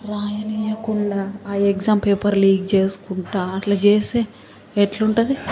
రాయనియకుండా ఆ exam paper leak చేసుకుంటు అట్లా చేస్తే ఎట్ల ఉంటది